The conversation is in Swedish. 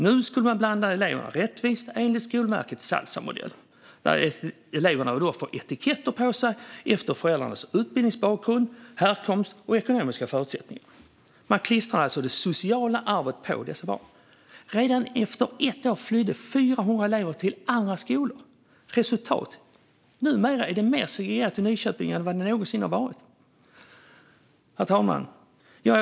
Nu skulle man blanda elever rättvist enligt Skolverkets Salsamodell, där eleverna får etiketter på sig efter föräldrars utbildningsbakgrund, härkomst och ekonomiska förutsättningar. Man klistrade alltså det sociala arvet på dessa barn. Redan efter ett år flydde 400 elever till andra skolor. Resultatet? Numera är det mer segregerat i Nyköping än vad det någonsin har varit. Herr talman!